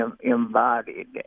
embodied